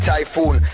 Typhoon